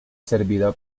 servida